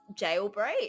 Jailbreak